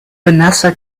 vanessa